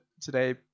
today